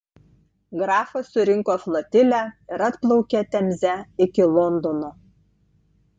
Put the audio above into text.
grafas surinko flotilę ir atplaukė temze iki londono